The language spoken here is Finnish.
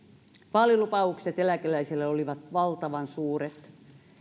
vaalilupaukset eläkeläisille olivat valtavan suuret